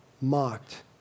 mocked